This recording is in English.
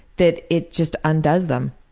that it just undoes them.